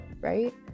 right